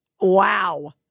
Wow